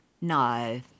No